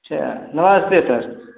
अच्छा नमस्ते सर